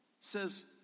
says